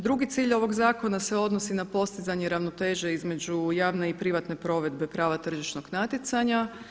Drugi cilj ovog zakona se odnosi na postizanje ravnoteže između javne i privatne provedbe prava tržišnog natjecanja.